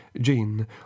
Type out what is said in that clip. Jean